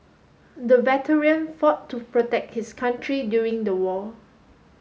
the veteran fought to protect his country during the war